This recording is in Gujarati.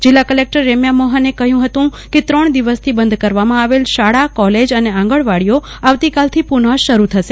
જિલ્લાકલેકટર રેમ્યા મોહને કહયું હતુકે ત્રણ દિવસથી બંધ કરવામાં આવેલ શાળા કોલેજ અને આંગણવાડીઓ આવતી કાલથી પુનઃશરૂ થશે